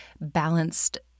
balanced